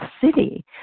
city